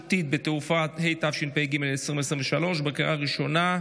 בטיחותית בתעופה, התשפ"ג 2023, בקריאה ראשונה.